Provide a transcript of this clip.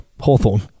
Hawthorne